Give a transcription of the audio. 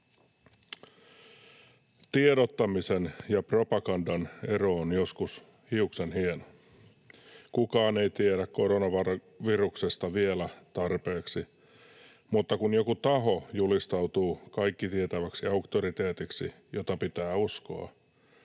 Tiedottamisen ja propagandan ero on joskus hiuksenhieno. Kukaan ei tiedä koronaviruksesta vielä tarpeeksi, mutta kun joku taho julistautuu kaikkitietäväksi auktoriteetiksi, jota pitää uskoa,